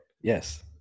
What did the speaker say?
Yes